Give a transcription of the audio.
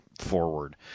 forward